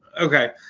Okay